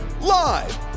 Live